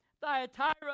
Thyatira